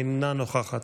אינה נוכחת,